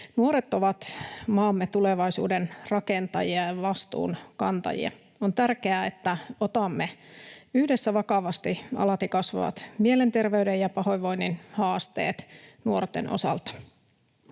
Nuoret ovat maamme tulevaisuuden rakentajia ja vastuunkantajia. On tärkeää, että otamme yhdessä vakavasti alati kasvavat mielenterveyden ja pahoinvoinnin haasteet nuorten osalta.